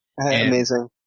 amazing